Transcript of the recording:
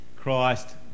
Christ